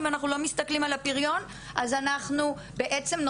אם אנחנו לא